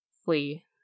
Flee